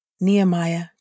Nehemiah